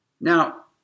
Now